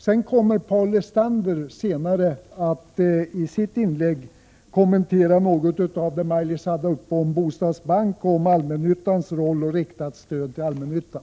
Paul Lestander kommer senare i sitt inlägg att något kommentera det som Maj-Lis Landberg sade om en bostadsbank, allmännyttans roll och ett riktat stöd till allmännyttan.